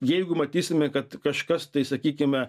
jeigu matysime kad kažkas tai sakykime